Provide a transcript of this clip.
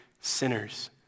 sinners